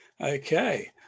okay